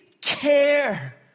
care